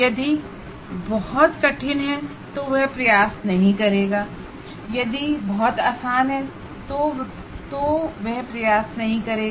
यदि यह बहुत कठिन है तो वह प्रयास नहीं करेगा यदि यह बहुत आसान है तो वह प्रयास नहीं करेगा